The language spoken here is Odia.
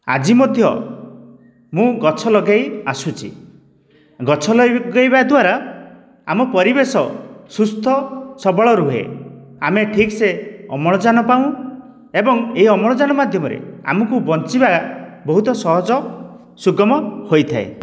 ଆଜି ମଧ୍ୟ ମୁଁ ଗଛ ଲଗାଇ ଆସୁଛି ଗଛ ଲଗେଇବା ଦ୍ୱାରା ଆମ ପରିବେଶ ସୁସ୍ଥ ସବଳ ରୁହେ ଆମେ ଠିକ ସେ ଅମ୍ଳଜାନ ପାଉ ଏବଂ ଏହି ଅମ୍ଳଜାନ ମାଧ୍ୟମରେ ଆମକୁ ବଞ୍ଚିବା ବହୁତ ସହଜ ସୁଗମ ହୋଇଥାଏ